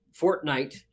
Fortnite